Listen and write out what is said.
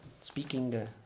speaking